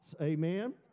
Amen